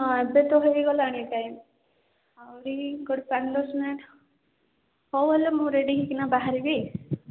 ହଁ ଏବେ ତ ହେଇ ଗଲାଣି ଟାଇମ୍ ଆହୁରି ଗୋଟେ ପାଞ୍ଚ ଦଶ ମିନିଟ୍ ହଉ ହେଲେ ମୁଁ ରେଡ଼ି ହେଇକିନା ବାହାରିବି